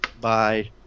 Bye